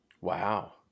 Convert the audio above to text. Wow